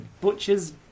butcher's